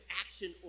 action